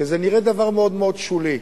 כי זה נראה דבר מאוד מאוד שולי.